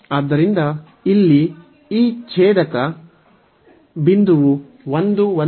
ಆದ್ದರಿಂದ ಇಲ್ಲಿ ಈ ಛೇದಕ ಬಿಂದುವು 11 x ನ ಮೌಲ್ಯ 1 ಆಗಿದೆ